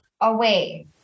away